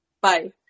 Bye